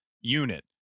unit